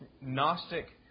Gnostic